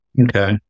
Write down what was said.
Okay